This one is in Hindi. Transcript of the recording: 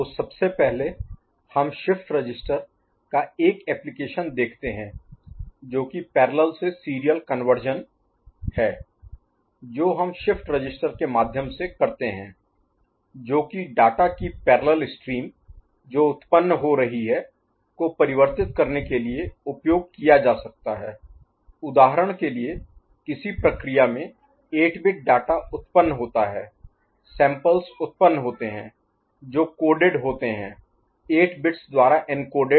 तो सबसे पहले हम शिफ्ट रजिस्टर का एक एप्लीकेशन Application अनुप्रयोग देखते हैं जो कि पैरेलल Parallel समानांतर से सीरियल कन्वर्शन Conversion रूपांतरण है जो हम शिफ्ट रजिस्टर के माध्यम से करते हैं जो कि डाटा की पैरेलल स्ट्रीम Streamधारा जो उत्पन्न हो रही है को परिवर्तित करने के लिए उपयोग किया जा सकता है उदाहरण के लिए किसी प्रक्रिया में 8 बिट डाटा उत्पन्न होता है सैम्पल्स Samples नमूने उत्पन्न होते हैं जो कोडेड होते हैं 8 बिट्स द्वारा एन्कोडेड